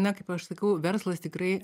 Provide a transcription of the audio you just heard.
na kaip aš sakau verslas tikrai